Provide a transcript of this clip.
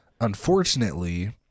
unfortunately